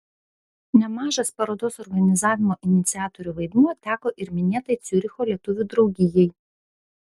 nemažas parodos organizavimo iniciatorių vaidmuo teko ir minėtai ciuricho lietuvių draugijai